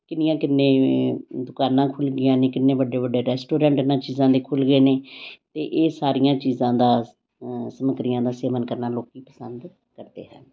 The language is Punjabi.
ਕਿੰਨੀਆਂ ਕਿੰਨੇ ਦੁਕਾਨਾਂ ਖੁੱਲ੍ਹ ਗਈਆਂ ਨੇ ਕਿੰਨੇ ਵੱਡੇ ਵੱਡੇ ਰੈਸਟੋਰੈਂਟ ਇਹਨਾਂ ਚੀਜ਼ਾਂ ਦੇ ਖੁੱਲ੍ਹ ਗਏ ਨੇ ਅਤੇ ਇਹ ਸਾਰੀਆਂ ਚੀਜ਼ਾਂ ਦਾ ਸਮੱਗਰੀਆਂ ਦਾ ਸੇਵਨ ਕਰਨਾ ਲੋਕ ਪਸੰਦ ਕਰਦੇ ਹੈ